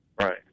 Right